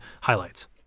highlights